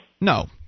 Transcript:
No